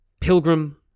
pilgrim